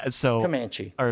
Comanche